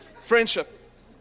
Friendship